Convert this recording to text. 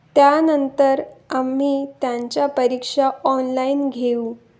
त्यानंतर आम्ही त्यांच्या परीक्षा ऑनलाईन घेऊ